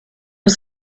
was